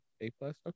A-plus